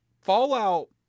fallout